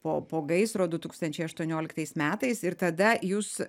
po po gaisro du tūkstančiai aštuonioliktais metais ir tada jūs